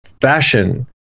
fashion